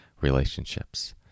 relationships